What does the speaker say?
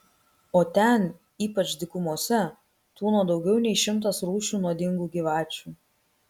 o ten ypač dykumose tūno daugiau nei šimtas rūšių nuodingų gyvačių